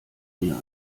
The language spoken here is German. mir